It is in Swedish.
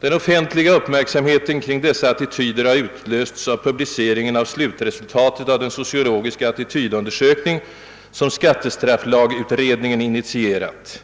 Den offentliga uppmärksamheten kring dessa attityder har utlösts av publiceringen av slutresultatet av den sociologiska attitydundersökning, som skattestrafflagutredningen har initierat.